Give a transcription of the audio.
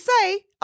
say